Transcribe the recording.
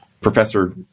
professor